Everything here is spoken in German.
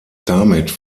damit